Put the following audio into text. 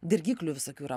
dirgiklių visokių yra